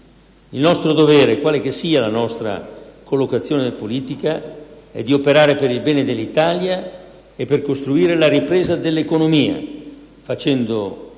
Il nostro dovere, quale che sia la nostra collocazione politica, è di operare per il bene dell'Italia e per costruire la ripresa dell'economia, facendo